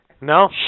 No